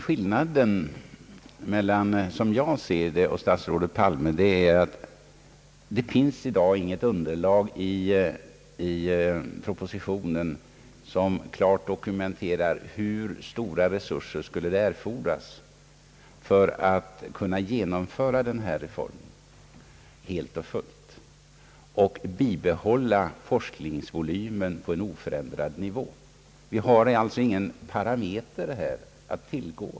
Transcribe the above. Skillnaden mellan statsrådet Palmes och min uppfattning i denna fråga, som jag ser det, är att det i dag inte finns något underlag i propositionen som på ett klart sätt dokumenterar hur stora resurser det erfordras för att genomföra forskarutbildningsreformen helt och fullt och bibehålla forskningsvolymen på en oförändrad nivå, medan vi önskar sådan klarhet. Vi har alltså inte någon parameter att tillgå.